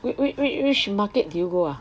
which which which market do you go ah